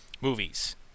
movies